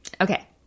Okay